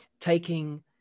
taking